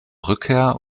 rückkehr